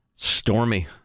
stormy